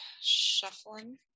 shuffling